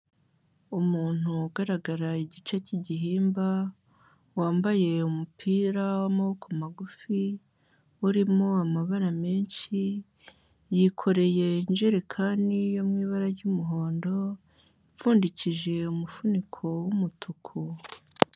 Umuntu ugaragara igice cy'igihimba, wambaye umupira w'amaboko magufi, urimo amabara menshi, yikoreye injerekani yo mu ibara ry'umuhondo, ipfundikishije umufuniko w'umutuku.